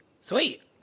Sweet